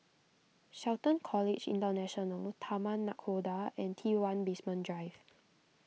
Shelton College International Taman Nakhoda and T one Basement Drive